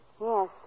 Yes